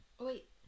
wait